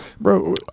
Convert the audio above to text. bro